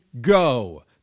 go